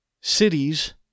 cities